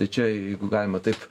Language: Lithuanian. tai čia jeigu galima taip